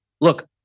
Look